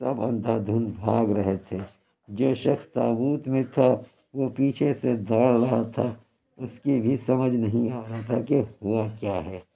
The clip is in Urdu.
سب اندھا دُھند بھاگ رہے تھے جو شخص تابوت میں تھا وہ پیچھے سے دوڑ رہا تھا اُس کی بھی سمجھ نہیں آ رہا کہ ہُوا کیا ہے